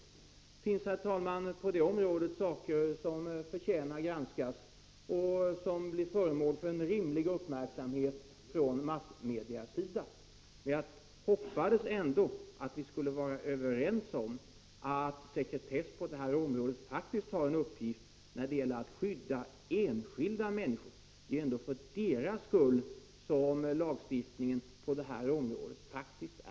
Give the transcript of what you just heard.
Det finns på området, herr talman, saker som förtjänar att granskas och som blir föremål för en rimlig uppmärksamhet från massmedias sida. Jag hoppades att vi skulle vara överens om att sekretess på detta område har en viktig uppgift när det gäller att skydda enskilda människor. Det är ändå för deras skull som denna lagstiftning är till.